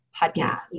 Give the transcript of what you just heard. podcast